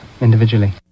individually